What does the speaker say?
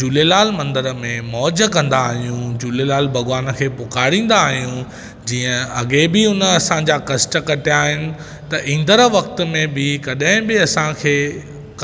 झूलेलाल मंदर में मौजु कंदा आहियूं झूलेलाल भॻवान खे पुकारींदा आहियूं जीअं अॻे बि उन असांजा कष्ट कटिया आहिनि त इंदड़ु वक़्त में बि कॾहिं बि असांखे